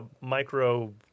micro